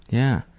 yeah.